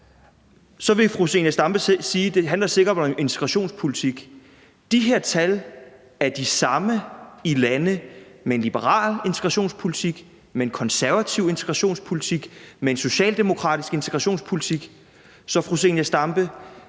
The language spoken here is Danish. Så vil fru Zenia Stampe sige: Det handler sikkert om integrationspolitik. De her tal er de samme i lande med en liberal integrationspolitik, med en konservativ integrationspolitik, med en socialdemokratisk integrationspolitik. Så, fru Zenia Stampe,